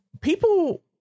people